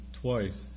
twice